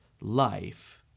life